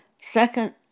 Second